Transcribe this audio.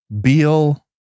Beal